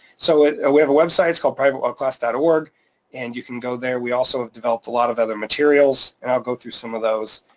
so ah we have a website, it's called privatewellclass dot org and you can go there. we also have developed a lot of other materials, and i'll go through some of those.